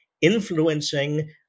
influencing